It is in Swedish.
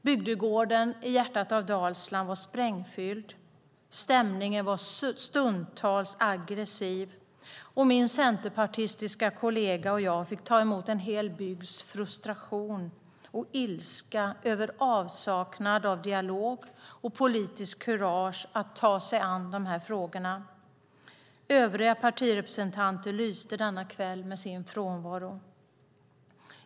Bygdegården i hjärtat av Dalsland var sprängfylld, och stämningen var stundtals aggressiv. Min centerpartistiska kollega och jag fick ta emot en hel bygds frustration och ilska över avsaknad av dialog och politiskt kurage att ta sig an dessa frågor. Övriga partirepresentanter lyste denna kväll med sin frånvaro.